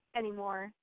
anymore